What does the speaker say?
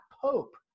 pope